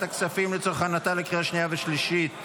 הכספים לצורך הכנתה לקריאה שנייה ושלישית.